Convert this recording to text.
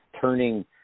turning